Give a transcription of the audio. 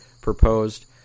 proposed